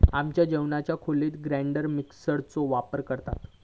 आमच्या जेवणाच्या खोलीत ग्राइंडर मिक्सर चो वापर करतत